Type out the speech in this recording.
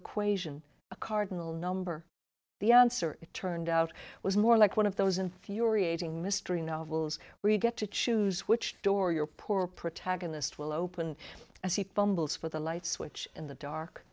equation a cardinal number the answer it turned out was more like one of those infuriating mystery novels where you get to choose which door your poor protagonist will open as he bumbles for the light switch in the dark